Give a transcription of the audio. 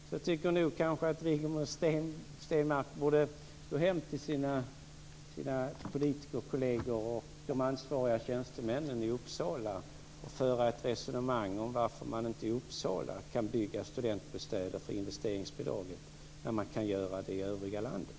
Därför tycker jag kanske att Rigmor Stenmark borde gå hem till sina politikerkolleger och de ansvariga tjänstemännen i Uppsala och föra ett resonemang om varför man inte i Uppsala kan bygga studentbostäder för investeringsbidraget när man kan göra det i övriga landet.